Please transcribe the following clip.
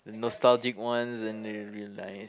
the nostalgic ones then they realize